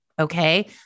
Okay